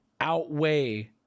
outweigh